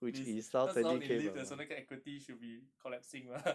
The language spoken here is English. please 那时候你 leave 的时候那个 equity should be collapsing lah